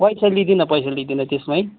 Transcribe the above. पैसा लिँदिन पैसा लिँदिन त्यसमै